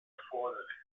erforderlich